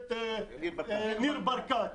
הכנסת ניר ברקת,